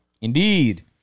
Indeed